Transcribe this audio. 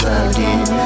again